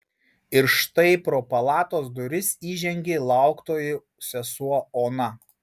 ir štai pro palatos duris įžengė lauktoji sesuo ona